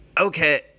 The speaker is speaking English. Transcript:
Okay